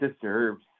deserves